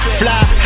fly